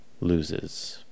loses